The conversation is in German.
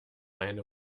eine